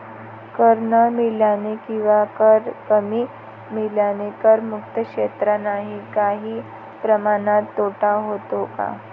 कर न मिळाल्याने किंवा कर कमी मिळाल्याने करमुक्त क्षेत्रांनाही काही प्रमाणात तोटा होतो का?